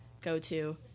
go-to